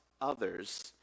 others